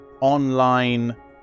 online